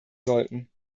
sollten